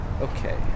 okay